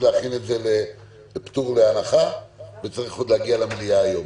להכין את זה לפטור מהנחה וזה צריך להגיע למליאה עוד היום.